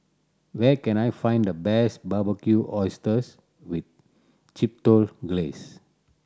where can I find the best Barbecued Oysters with Chipotle Glaze